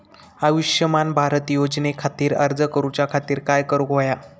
आयुष्यमान भारत योजने खातिर अर्ज करूच्या खातिर काय करुक होया?